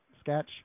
sketch